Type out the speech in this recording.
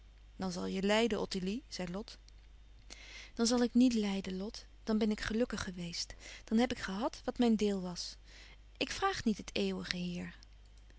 dan zal je lijden ottilie zei lot dan zal ik niet lijden lot dan ben ik gelukkig geweest dan heb ik gehad wat mijn deel was ik vraag niet het eeuwige hier